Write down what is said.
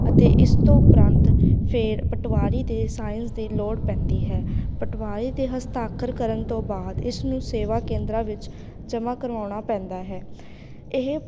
ਅਤੇ ਇਸ ਤੋਂ ਉਪਰੰਤ ਫਿਰ ਪਟਵਾਰੀ ਦੇ ਸਾਈਨਜ਼ ਦੀ ਲੋੜ ਪੈਂਦੀ ਹੈ ਪਟਵਾਰੀ ਦੇ ਹਸਤਾਖਰ ਕਰਨ ਤੋਂ ਬਾਅਦ ਇਸ ਨੂੰ ਸੇਵਾ ਕੇਂਦਰਾਂ ਵਿੱਚ ਜਮ੍ਹਾਂ ਕਰਵਾਉਣਾ ਪੈਂਦਾ ਹੈ ਇਹ